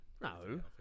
No